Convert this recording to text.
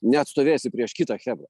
neatstovėsi prieš kitą chebrą